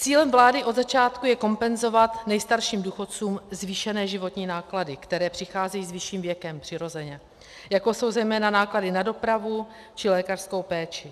Cílem vlády od začátku je kompenzovat nejstarším důchodcům zvýšené životní náklady, které přicházejí přirozeně s vyšším věkem, jako jsou zejména náklady na dopravu či lékařskou péči.